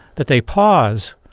that they pause